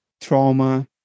trauma